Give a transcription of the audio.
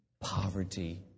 poverty